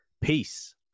Peace